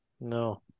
No